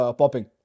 popping